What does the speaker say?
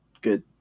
good